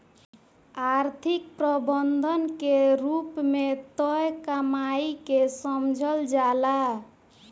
आर्थिक प्रबंधन के रूप में तय कमाई के समझल जाला